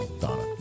Donna